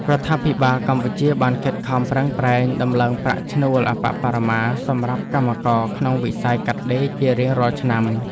រដ្ឋាភិបាលកម្ពុជាបានខិតខំប្រឹងប្រែងដំឡើងប្រាក់ឈ្នួលអប្បបរមាសម្រាប់កម្មករក្នុងវិស័យកាត់ដេរជារៀងរាល់ឆ្នាំ។